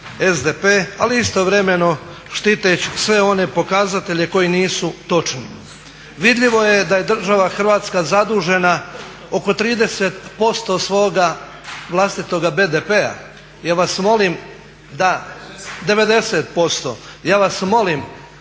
ali istovremeno štiteći sve one pokazatelje koji nisu točni. Vidljivo je da je država Hrvatska zadužena oko 30% svoga vlastitoga BDP-a. Ja vas molim da, 90%, ja vas molim